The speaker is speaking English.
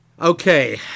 Okay